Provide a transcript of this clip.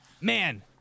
man